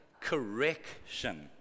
correction